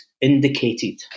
indicated